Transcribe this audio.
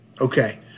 Okay